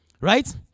Right